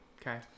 Okay